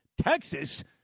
Texas